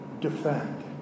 defend